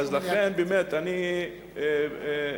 לכן, באמת, אני